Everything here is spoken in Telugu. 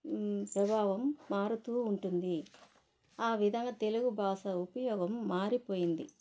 ప్రభావం మారుతూ ఉంటుంది ఆ విధంగా తెలుగు బాషా ఉపయోగం మారిపోయింది